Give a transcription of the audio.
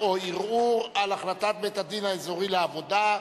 להצעה לסדר-היום ולהעביר את הנושא לוועדת הכלכלה נתקבלה.